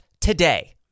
today